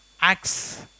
acts